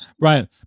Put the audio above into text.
Right